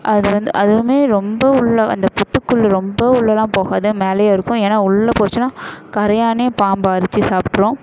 அது வந்து அதுவுமே ரொம்ப உள்ள அந்த புற்றுக்குள்ள ரொம்ப உள்ளெலாம் போகாது மேலேயே இருக்கும் ஏன்னால் உள்ளே போச்சுனால் கரையானே பாம்பை அரித்து சாப்பிட்ரும்